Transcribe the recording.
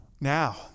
Now